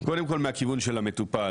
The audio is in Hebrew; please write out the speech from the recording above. קודם כל מהכיוון של המטופל,